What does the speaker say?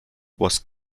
was